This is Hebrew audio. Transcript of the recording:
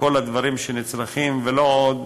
וכל הדברים שנצרכים, ולא עוד